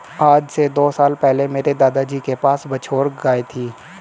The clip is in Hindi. आज से दो साल पहले मेरे दादाजी के पास बछौर गाय थी